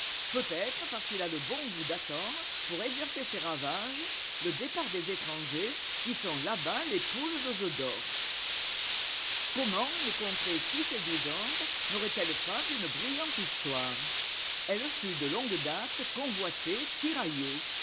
peut-être parce qu'il a le bon goût d'attendre pour exercer ses ravages le départ des étrangers qui sont là-bas les poules aux œufs d'or comment une contrée si séduisante n'auraitelle pas une brillante histoire elle fut de longue date convoitée tiraillée